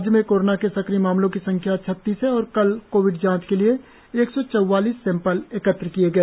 राज्य में कोरोना के सक्रिय मामलों की संख्या छत्तीस है और कल कोविड जांच के लिए एक सौ चौवालीस सैंपल एकत्र किए गए